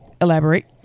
elaborate